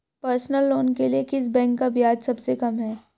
Personal loan के लिए किस बैंक का ब्याज सबसे कम है?